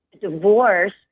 divorce